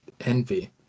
envy